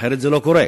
אחרת זה לא קורה.